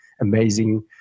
amazing